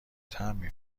تمبر